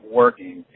working